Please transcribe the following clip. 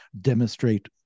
demonstrate